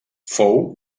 fou